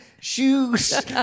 shoes